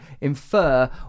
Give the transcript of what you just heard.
infer